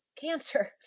cancer